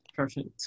Perfect